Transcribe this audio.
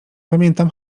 pamiętam